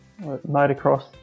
motocross